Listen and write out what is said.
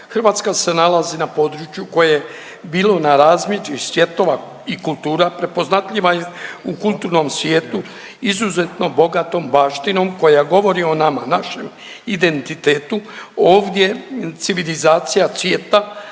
Hrvatska se nalazi na području koje je bilo na razmeđi svjetova i kultura, prepoznatljiva je u kulturnom svijetu, izuzetno bogatom baštinom koja govori o nama, našem identitetu, ovdje civilizacija cvjeta